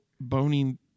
boning